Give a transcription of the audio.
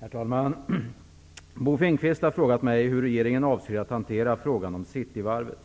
Herr talman! Bo Finnkvist har frågat mig hur regeringen avser att hantera frågan om Cityvarvet.